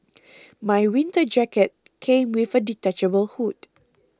my winter jacket came with a detachable hood